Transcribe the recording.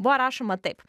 buvo rašoma taip